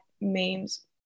memes